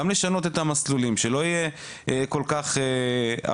גם לשנות את המסלולים שלא יהיה כל כך ארוך.